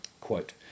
quote